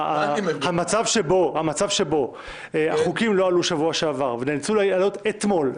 המצב שבו החוקים לא עלו שבוע שעבר ונאלצו לעלות אתמול,